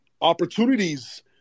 opportunities